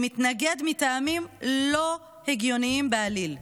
שמתנגד מטעמים לא הגיוניים בעליל,